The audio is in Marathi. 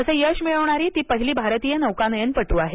असे यश मिळवणारी ती पहिली भारतीय महिला नौकानयनपटू आहे